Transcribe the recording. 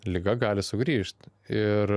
liga gali sugrįžt ir